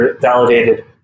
validated